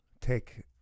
take